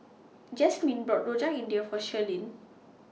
Jasmin bought Rojak India For Shirlene